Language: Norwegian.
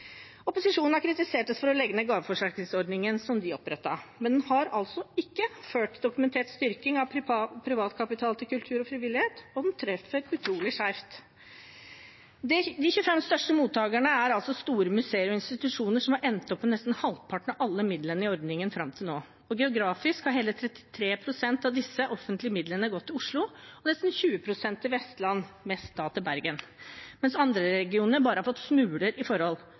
Opposisjonen har kritisert oss for å legge ned gaveforsterkningsordningen, som de opprettet, men den har altså ikke ført til dokumentert styrking av privatkapital til kultur og frivillighet, og den treffer utrolig skjevt. De 25 største mottakerne er altså store museer og institusjoner som har endt opp med nesten halvparten av alle midlene i ordningen fram til nå. Geografisk har hele 33 pst. av disse offentlige midlene gått til Oslo og nesten 20 pst. til Vestland, da mest til Bergen, mens andre regioner bare har fått smuler i forhold: